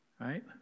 right